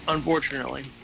Unfortunately